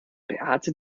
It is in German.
beate